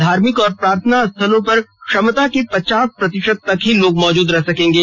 धार्मिक और प्रार्थना स्थलों पर क्षमता के पचास प्रतिशत तक ही लोग मौजूद रह सकेंगे